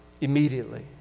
immediately